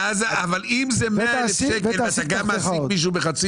אבל אם זה 100,000 שקל ואתה גם מעסיק מישהו בחצי